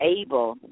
able